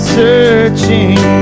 searching